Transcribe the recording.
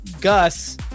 Gus